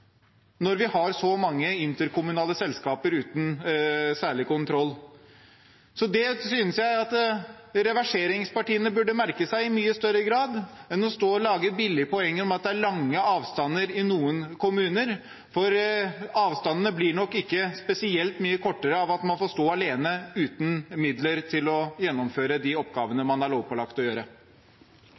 når vi har så mange interkommunale selskaper uten særlig kontroll. Det synes jeg at reverseringspartiene burde merke seg i mye større grad, heller enn å stå og lage billige poenger om at det er lange avstander i noen kommuner. For avstandene blir nok ikke spesielt mye kortere av at man får stå alene, uten midler til å gjennomføre de oppgavene man er lovpålagt å gjøre.